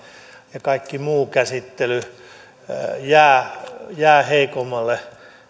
ja kaikki muu käsittely jää heikommalle